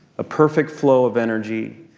a perfect flow of energy.